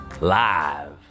Live